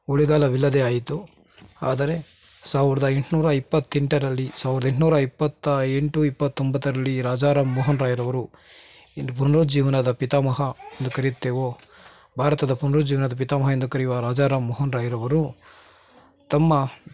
ಉಳಿಗಾಲವಿಲ್ಲದೆ ಆಯಿತು ಆದರೆ ಸಾವಿರ್ದ ಎಂಟುನೂರ ಇಪ್ಪತ್ತೆಂಟರಲ್ಲಿ ಸಾವಿರ್ದ ಎಂಟುನೂರ ಇಪ್ಪತ್ತ ಎಂಟು ಇಪ್ಪತ್ತೊಂಬತ್ತರಲ್ಲಿ ರಾಜಾರಾಮ್ ಮೋಹನ್ ರಾಯ್ರವರು ಈ ಪುನರುಜ್ಜೀವನದ ಪಿತಾಮಹ ಎಂದು ಕರೆಯುತ್ತೇವೋ ಭಾರತದ ಪುನರುಜ್ಜೀವನದ ಪಿತಾಮಹ ಎಂದು ಕರೆಯುವ ರಾಜಾರಾಮ್ ಮೋಹನ್ ರಾಯ್ರವರು ತಮ್ಮ